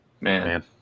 Man